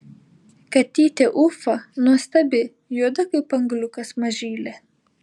katytė ufa nuostabi juoda kaip angliukas mažylė